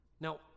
Now